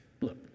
look